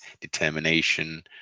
determination